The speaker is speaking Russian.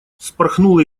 вспорхнула